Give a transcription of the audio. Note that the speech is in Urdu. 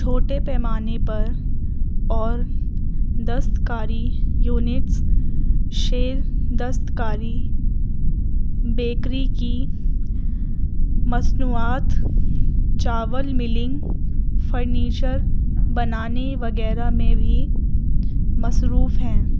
چھوٹے پیمانے پر اور دستکاری یونٹس شیل دستکاری بیکری کی مصنوعات چاول ملنگ فرنیچر بنانے وغیرہ میں بھی مصروف ہیں